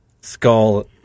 skull